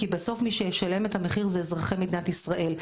כי בסוף מי שישלם את המחיר זה אזרחי מדינת ישראל.